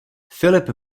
filip